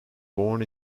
born